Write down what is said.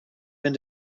been